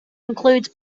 includes